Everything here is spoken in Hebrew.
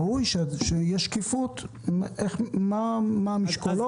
ראוי שתהיה שקיפות מה המשקולות,